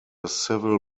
civil